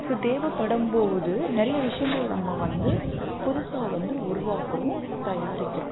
so தேவைப்படும்போது நிறைய விஷயங்கள் நம்ம வந்து புதுசாக வந்து உருவாக்குகிறோம் தயாரிக்கிறோம்